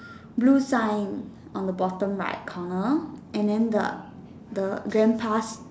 blue sign on the bottom right corner and then the the grandpa's